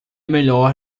melhor